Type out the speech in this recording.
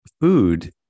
food-